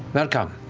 welcome.